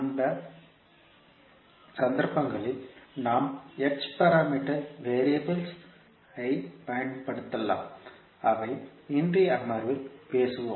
அந்த சந்தர்ப்பங்களில் நாம் h பாராமீட்டர் வெறியபிள்ஸ் ஐப் பயன்படுத்தலாம் அவை இன்றைய அமர்வில் பேசுவோம்